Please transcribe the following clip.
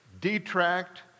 detract